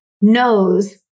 knows